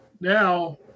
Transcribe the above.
now